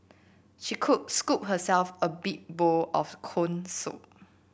she scooped herself a big bowl of corn soup